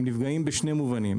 הם נפגעים בשני מובנים.